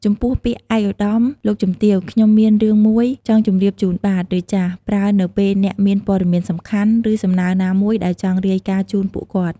ចំពោះពាក្យ"ឯកឧត្តម លោកជំទាវ ខ្ញុំមានរឿងមួយចង់ជម្រាបជូនបាទ ឬ ចាស" ប្រើនៅពេលអ្នកមានព័ត៌មានសំខាន់ ឬសំណើណាមួយដែលចង់រាយការណ៍ជូនពួកគាត់។